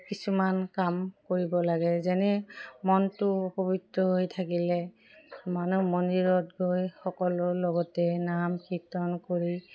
কিছুমান কাম কৰিব লাগে যেনে মনটো পৱিত্ৰ হৈ থাকিলে মানুহ মন্দিৰত গৈ সকলোৰ লগতে নাম কীৰ্তন কৰি